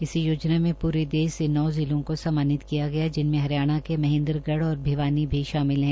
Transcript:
इसी योजना में पूरे देश से नौ जिलों को सम्मानित किया गया है जिनमें हरियाणा के महेन्द्रगढ़ और भिवानी भी शामिल है